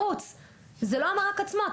זה לא המרק עצמו.